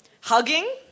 Hugging